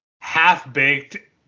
half-baked